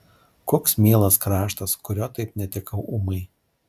koks mielas kraštas kurio taip netekau ūmai